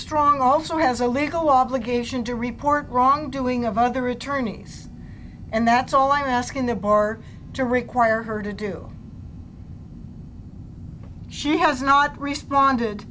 strong also has a legal obligation to report wrongdoing of other attorneys and that's all i'm asking the bar to require her to do she has not responded